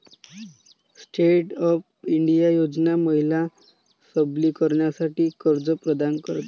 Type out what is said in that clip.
stand up India योजना महिला सबलीकरणासाठी कर्ज प्रदान करते